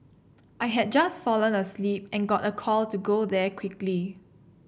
I had just fallen asleep and got a call to go there quickly